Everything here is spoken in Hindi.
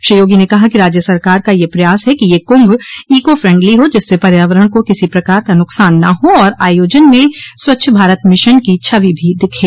श्री योगी ने कहा कि राज्य सरकार का यह प्रयास है कि यह कुंभ ईको फ्रेंडली हो जिससे पर्यावरण को किसी प्रकार का नुकसान न हो और आयोजन में स्वच्छ भारत मिशन की छवि भी दिखे